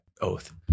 oath